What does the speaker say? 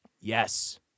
Yes